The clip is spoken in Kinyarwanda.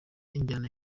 injyana